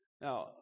Now